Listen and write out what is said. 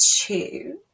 two